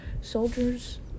soldiers